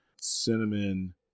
cinnamon